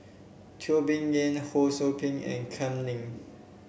Teo Bee Yen Ho Sou Ping and Kam Ning